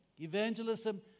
evangelism